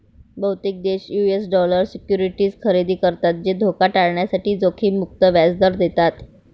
बहुतेक देश US dollar securities खरेदी करतात जे धोका टाळण्यासाठी जोखीम मुक्त व्याज दर देतात